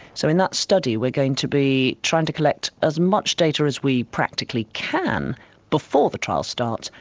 so in that study we're going to be trying to collect as much data as we practically can before the trial starts,